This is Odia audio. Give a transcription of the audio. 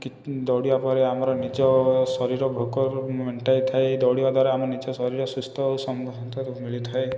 ଦୌଡ଼ିବାପରେ ଆମର ନିଜ ଶରୀର ଭୋକ ମେଣ୍ଟାଇଥାଏ ଦୌଡ଼ିବାଦ୍ୱାରା ଆମ ନିଜ ଶରୀର ସୁସ୍ଥ ଓ ମିଳିଥାଏ